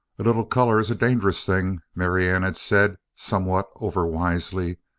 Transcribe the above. a little color is a dangerous thing, marianne had said, somewhat overwisely,